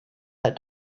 that